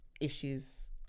issues